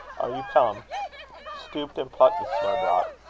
are you come stooped and plucked the snowdrop.